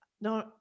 no